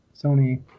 Sony